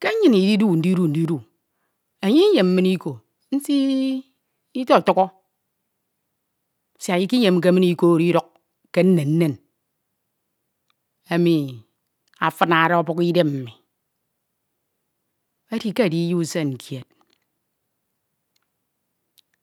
ke nnyin ndida ndidu ndidu enye iyem min iko nsitotukho siak ikeyemke min oro iduk ke nnam nmen emi afinade obinadem mi, edi ke ediyie usen kied